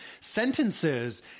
sentences